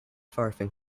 farthing